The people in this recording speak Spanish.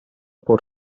por